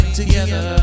together